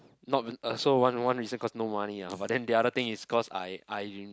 not uh so one one reason cause no money ah but then the other thing is cause I I'm